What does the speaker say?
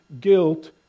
guilt